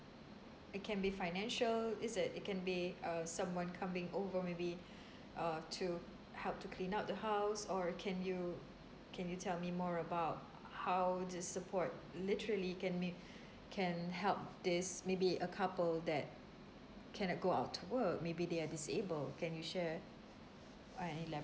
it can be financial is it it can be uh someone coming over maybe uh to help to clean up the house or can you can you tell me more about how this support literally can me~ can help this maybe a couple that cannot go out to work maybe they are disabled can you share